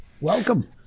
welcome